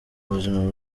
buzima